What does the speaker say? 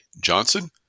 Johnson